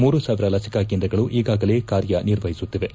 ಮೂರು ಸಾವಿರ ಲಸಿಕಾ ಕೇಂದ್ರಗಳು ಈಗಾಗಲೇ ಕಾರ್ಯನಿರ್ವಹಿಸುತ್ತಿವೆ